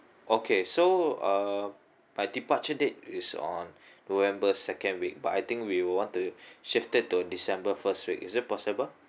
okay so uh my departure date is on november second week but I think we will want to shift it to december first week is it possible